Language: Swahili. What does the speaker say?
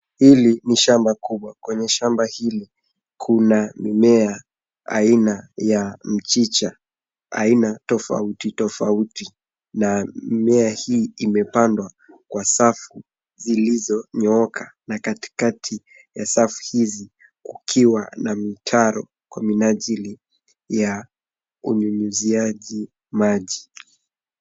Hili ni shamba kubwa. Kwenye shamba hili kuna mimea aina ya mchicha aina tofauti tofauti, na mimea hii imepandwa kwa safu zilizonyooka. Na katikati ya safu hizi kukiwa na mitaro kwa minajili ya unyunyuziaji maji.